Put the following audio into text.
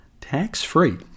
Tax-free